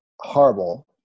horrible